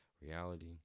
reality